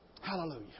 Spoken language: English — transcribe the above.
Hallelujah